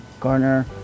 Garner